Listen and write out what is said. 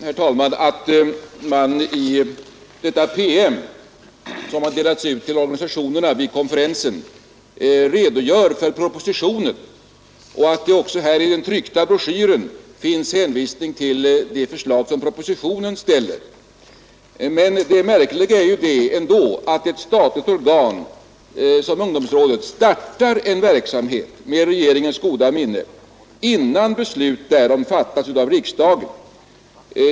Herr talman! Det är riktigt att man i den PM, som statens ungdomsråd delade ut till organisationerna vid konferensen som jag nämnde, redogör för propositionen och att det också i den tryckta broschyren hänvisas till det förslag som föreligger i form av en proposition. Men det märkliga är ju ändå att ett statligt organ som ungdomsrådet startar en verksamhet med regeringens goda minne, innan beslut därom fattats av riksdagen.